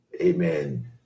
amen